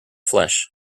flesh